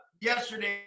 yesterday